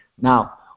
Now